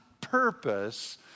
purpose